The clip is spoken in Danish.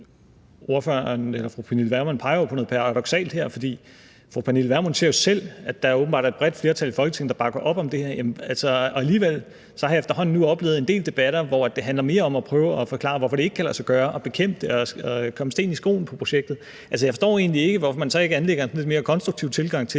også, at fru Pernille Vermund peger på noget paradoksalt her, for fru Pernille Vermund siger jo selv, at der åbenbart er et bredt flertal i Folketinget, der bakker op om det her, og alligevel har jeg nu efterhånden oplevet en del debatter, hvor det handler mere om at prøve at forklare, hvorfor det ikke kan lade sig gøre, og komme sten i skoen på projektet. Altså, jeg forstår egentlig ikke, hvorfor man så ikke anlægger en sådan lidt mere konstruktiv tilgang til